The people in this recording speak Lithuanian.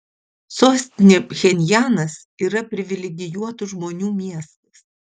sostinė pchenjanas yra privilegijuotų žmonių miestas